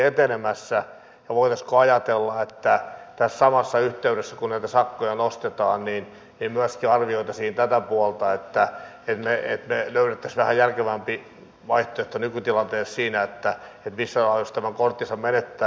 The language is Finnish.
ja voitaisiinko ajatella että tässä samassa yhteydessä kun näitä sakkoja nostetaan myöskin arvioitaisiin tätä puolta että me löytäisimme vähän järkevämmän vaihtoehdon nykytilanteessa siinä missä laajuudessa tämän korttinsa menettää